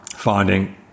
Finding